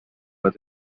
were